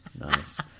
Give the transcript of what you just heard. Nice